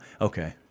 Okay